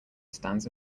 stands